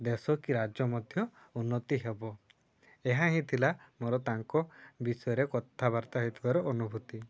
ଦେଶ କି ରାଜ୍ୟ ମଧ୍ୟ ଉନ୍ନତି ହେବ ଏହା ହିଁ ଥିଲା ମୋର ତାଙ୍କ ବିଷୟରେ କଥାବାର୍ତ୍ତା ହୋଇଥିବାର ଅନୁଭୂତି